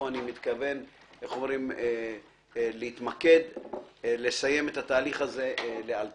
פה אני מתכוון להתמקד, לסיים את התהליך הזה לאלתר.